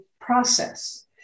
process